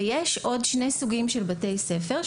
ויש עוד שני סוגים של בתי ספר,